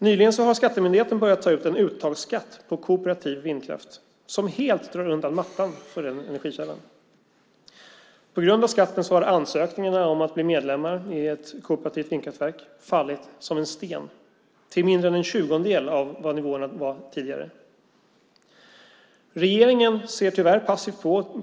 Nyligen har Skattemyndigheten börjat ta ut en uttagsskatt på kooperativ vindkraft som helt drar undan mattan för den energikällan. På grund av skatten har ansökningarna om att bli medlem i ett kooperativt vindkraftverk fallit som en sten, till mindre än en tjugondel av vad det var tidigare. Regeringen ser tyvärr passivt på.